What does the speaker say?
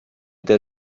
der